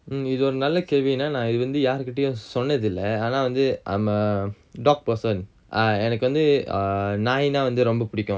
mm இது ஒரு நல்ல கேள்வினா நா இது வந்து யார் கிட்டயும் சொன்னதில்ல ஆனா வந்து:ithu oru nalla kelvina na ithu vanthu yar kittayum sonnathilla I'm a dog person ah எனக்கு வந்து:enakku vanthu err நாய்னா வந்து ரொம்ப புடிக்கும்:nayna vanthu romba pudikkum